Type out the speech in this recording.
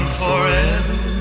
forever